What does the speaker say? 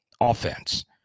offense